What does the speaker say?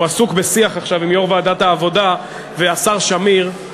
הוא עסוק בשיח עכשיו עם יושב-ראש ועדת העבודה ועם השר שמיר.